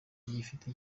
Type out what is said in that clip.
igifite